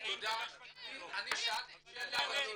אני שאלתי שאלה ולא הבנתי.